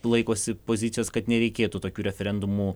laikosi pozicijos kad nereikėtų tokių referendumų